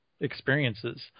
experiences